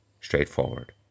straightforward